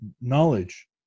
knowledge